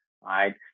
Right